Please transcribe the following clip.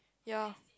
ya